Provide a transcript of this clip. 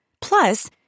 Plus